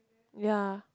ya